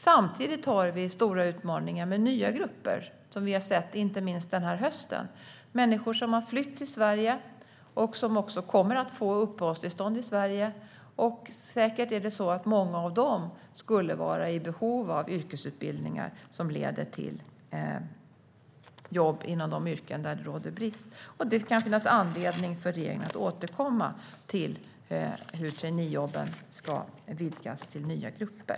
Samtidigt finns stora utmaningar med nya grupper som vi har sett inte minst den här hösten. Det gäller människor som har flytt till Sverige och som kommer att få uppehållstillstånd i Sverige. Säkert är många av dem i behov av yrkesutbildningar som leder till jobb inom de yrken där det råder brist. Det kan finnas anledning för regeringen att återkomma till hur traineejobben ska vikas till nya grupper.